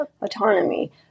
autonomy